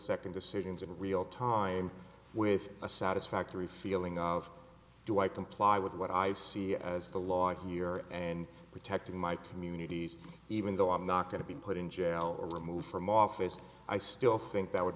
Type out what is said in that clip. second decisions in real time with a satisfactory feeling of do i comply with what i see as the law here and protecting my communities even though i'm not going to be put in jail or removed from office i still think that would